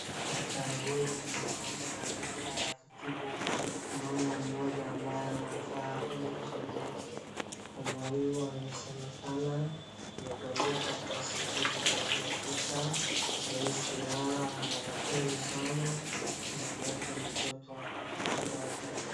Daktari huyu mwanaume ana nia ya kutibu mama mmoja ambaye anakaa humu chini yake, mama huyu inasemekana amegonjeka kwa siku zilizopita hawesi lala ana machungu sana, mwili yake ni joto na anatoa jasho.